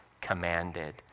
commanded